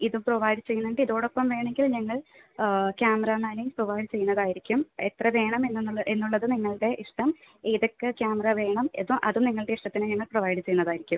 ഇത് പ്രൊവൈഡ് ചെയ്യുന്നുണ്ട് ഇതോടൊപ്പം വേണമെങ്കിൽ ഞങ്ങൾ ക്യാമറമാനേയും പ്രൊവൈഡ് ചെയ്യുന്നതായിരിക്കും എത്ര വേണം എന്നുള്ള എന്നുള്ളത് നിങ്ങളുടെ ഇഷ്ടം ഏതൊക്കെ ക്യാമറ വേണം എന്ന് അത് നിങ്ങളുടെ ഇഷ്ടത്തിന് ഞങ്ങൾ പ്രൊവൈഡ് ചെയ്യുന്നതായിരിക്കും